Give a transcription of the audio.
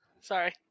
Sorry